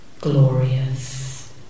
glorious